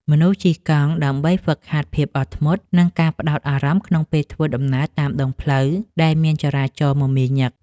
មនុស្សជិះកង់ដើម្បីហ្វឹកហាត់ភាពអត់ធ្មត់ និងការផ្ដោតអារម្មណ៍ក្នុងពេលធ្វើដំណើរតាមដងផ្លូវដែលមានចរាចរណ៍មមាញឹក។